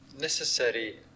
necessary